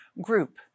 group